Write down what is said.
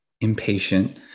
impatient